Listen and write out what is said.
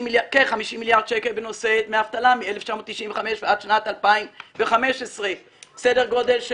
כ-75 מיליארד שקל בנושא דמי אשפוז מ-1995 ועד שנת 2015. או סדר גודל של